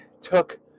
took